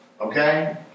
Okay